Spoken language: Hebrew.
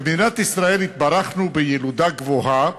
במדינת ישראל התברכנו בילודה גבוהה,